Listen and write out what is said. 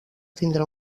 tindre